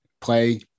play